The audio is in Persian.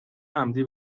عمدی